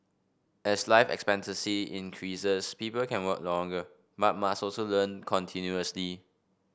as life expectancy increases people can work longer but must also learn continuously